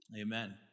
Amen